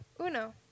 Uno